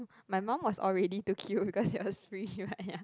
my mum was all ready to queue because it was free [right] ya